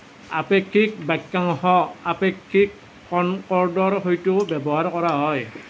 আপেক্ষিক বাক্যাংশ আপেক্ষিক কনকৰ্ডৰ সৈতেও ব্যৱহাৰ কৰা হয়